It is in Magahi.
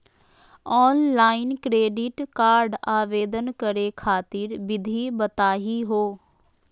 ऑफलाइन क्रेडिट कार्ड आवेदन करे खातिर विधि बताही हो?